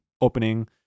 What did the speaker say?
opening